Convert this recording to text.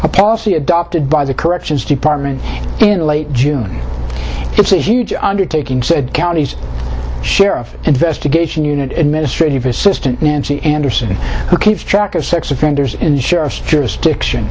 a policy adopted by the corrections department in late june it's a huge undertaking said county's sheriff's investigation unit administrative assistant nancy anderson who keeps track of sex offenders in the sheriff's jurisdiction